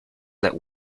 that